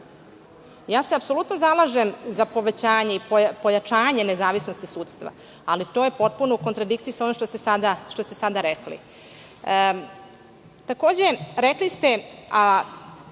Apsolutno se zalažem za povećanje i pojačanje nezavisnosti sudstva, ali to je potpuno u kontradikciji sa onim što ste sada